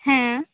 ᱦᱮᱸ